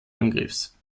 angriffs